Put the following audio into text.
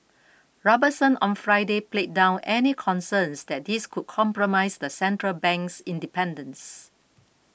Robertson on Friday played down any concerns that this could compromise the central bank's independence